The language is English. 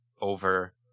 over